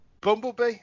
Bumblebee